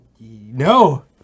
No